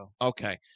Okay